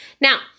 Now